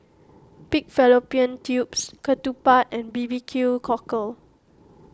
Pig Fallopian Tubes Ketupat and B B Q Cockle